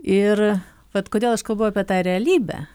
ir vat kodėl aš kalbu apie tą realybę